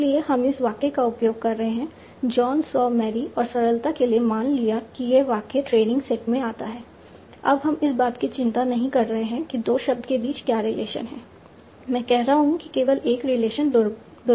इसलिए हम उस वाक्य का उपयोग कर रहे हैं जॉन सॉ मैरी और सरलता के लिए मान लिया कि यह वाक्य ट्रेनिंग सेट में आता है अब हम इस बात की चिंता नहीं कर रहे हैं कि 2 शब्दों के बीच क्या रिलेशन हैं मैं कह रहा हूं कि केवल एक रिलेशन दुर्लभ है